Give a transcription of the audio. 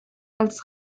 als